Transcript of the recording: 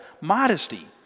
modesty